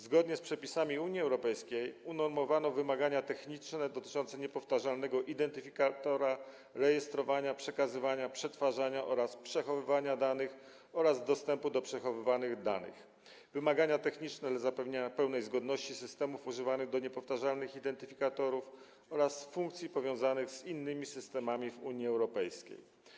Zgodnie z przepisami Unii Europejskiej unormowano wymagania techniczne dotyczące niepowtarzalnego identyfikatora, rejestrowania, przekazywania, przetwarzania i przechowywania danych oraz dostępu do przechowywanych danych, wymagania techniczne dla zapewnia pełnej zgodności systemów używanych do niepowtarzalnych identyfikatorów oraz funkcji powiązanych z innymi systemami w Unii Europejskiej.